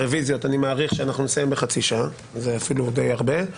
אני מעריך שנסיים בחצי שעה, זה אפילו די הרבה.